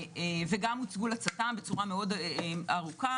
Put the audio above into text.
וגם הוצגו לצט"ם בצורה מאוד ארוכה.